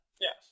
yes